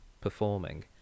performing